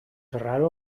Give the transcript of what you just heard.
raro